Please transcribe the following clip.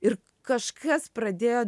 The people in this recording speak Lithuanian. ir kažkas pradėjo